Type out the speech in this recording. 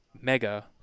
Mega